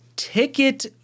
ticket